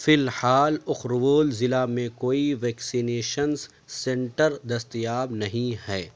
فی الحال اُخرول ضلع میں کوئی ویکسینیشن سینٹر دستیاب نہیں ہے